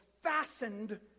fastened